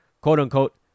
quote-unquote